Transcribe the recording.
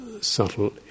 subtle